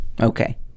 Okay